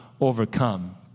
overcome